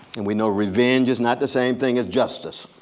and we know revenge is not the same thing as justice.